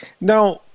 Now